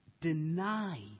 deny